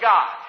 God